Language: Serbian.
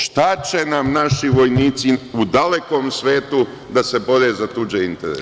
Šta će nam naši vojnici u dalekom svetu da se bore za tuđe interese?